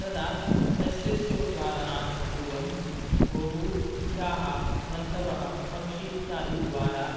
तदा सस्यस्य उत्पादनात् पूर्वं बहु कीटाः जन्तवः पक्षी इत्यादिद्वारा